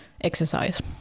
exercise